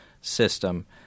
system